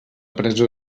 presó